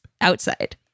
outside